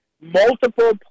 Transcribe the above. multiple